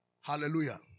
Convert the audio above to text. Hallelujah